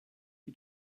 die